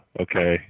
okay